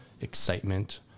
excitement